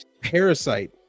Parasite